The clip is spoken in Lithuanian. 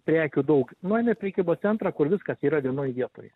prekių daug nueina į prekybos centrą kur viskas yra vienoj vietoj